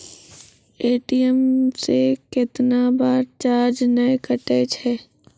ATM से कैतना बार चार्ज नैय कटै छै?